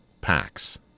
packs